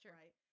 right